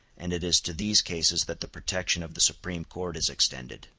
and it is to these cases that the protection of the supreme court is extended.